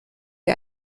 wie